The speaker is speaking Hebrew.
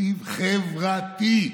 תקציב חב-ר-תי.